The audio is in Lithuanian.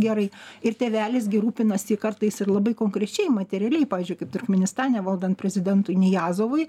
gerai ir tėvelis gi rūpinasi kartais ir labai konkrečiai materialiai pavyzdžiui kaip turkmėnistane valdant prezidentui nijazovui